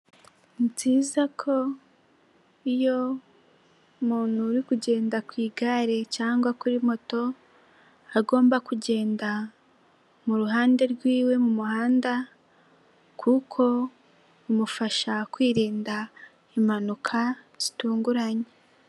Ni byiza ko iyo muntu uri kugenda ku igare cyangwa kuri moto, agomba kugenda mu ruhande rw'iwe mu muhanda kuko bimufasha kwirinda impanuka zitunguranye.